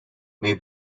may